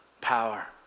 Power